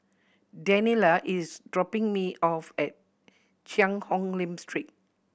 Daniella is dropping me off at Cheang Hong Lim Street